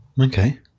Okay